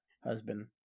husband